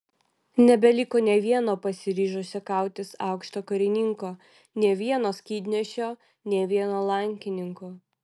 nebeliko nė vieno pasiryžusio kautis aukšto karininko nė vieno skydnešio nė vieno lankininko